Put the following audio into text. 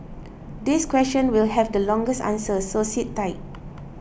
this question will have the longest answer so sit tight